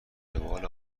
روال